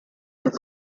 tout